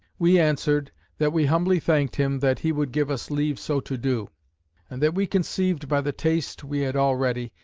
we answered that we humbly thanked him that he would give us leave so to do and that we conceived by the taste we had already,